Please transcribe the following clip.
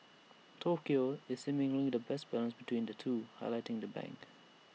Tokyo is seemingly the best balance between the two highlighting the bank